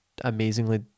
amazingly